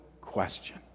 question